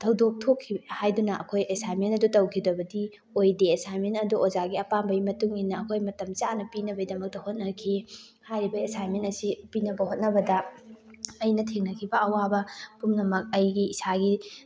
ꯊꯧꯗꯣꯛ ꯊꯣꯛꯈꯤ ꯍꯥꯏꯗꯨꯅ ꯑꯩꯈꯣꯏ ꯑꯦꯁꯥꯏꯟꯃꯦꯟ ꯑꯗꯨ ꯇꯧꯈꯤꯗꯕꯗꯤ ꯑꯣꯏꯗꯦ ꯑꯦꯁꯥꯏꯟꯃꯦꯟ ꯑꯗꯨ ꯑꯣꯖꯥꯒꯤ ꯑꯄꯥꯝꯕꯩ ꯃꯇꯨꯡ ꯏꯟꯅ ꯑꯩꯈꯣꯏ ꯃꯇꯝ ꯆꯥꯅ ꯄꯤꯅꯕꯒꯤꯗꯃꯛꯇ ꯍꯣꯠꯅꯈꯤ ꯍꯥꯏꯔꯤꯕ ꯑꯦꯁꯥꯏꯟꯃꯦꯟ ꯑꯁꯤ ꯄꯤꯅꯕ ꯍꯣꯠꯅꯕꯗ ꯑꯩꯅ ꯊꯦꯡꯅꯈꯤꯕ ꯑꯋꯥꯕ ꯄꯨꯝꯅꯃꯛ ꯑꯩꯒꯤ ꯏꯁꯥꯒꯤ